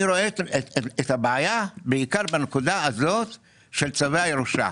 אני רואה את הבעיה בעיקר בנקודה הזאת של צווי הירושה,